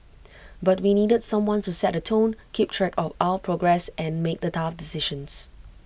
but we needed someone to set the tone keep track of our progress and make the tough decisions